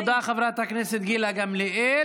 תודה, חברת הכנסת גילה גמליאל.